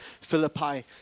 Philippi